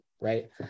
right